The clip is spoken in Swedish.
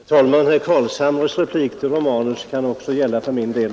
Herr talman! Herr Carlshamres replik till herr Romanus kan också gälla för min del.